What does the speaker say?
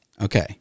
Okay